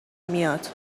میاد